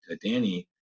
Danny